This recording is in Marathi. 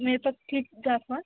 नाही तर ठीक चार पाच